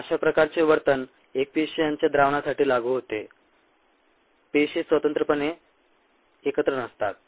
अशा प्रकारचे वर्तन एकपेशीयांच्या द्रावणासाठी लागू होते पेशी स्वतंत्रपणे एकत्र नसतात